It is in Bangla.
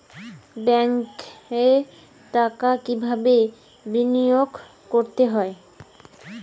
ব্যাংকে টাকা কিভাবে বিনোয়োগ করতে হয়?